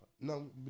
No